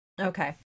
Okay